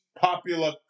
popular